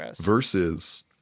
Versus